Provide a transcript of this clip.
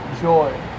joy